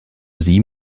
sie